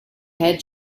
head